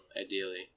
Ideally